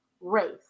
race